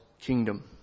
kingdom